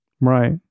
Right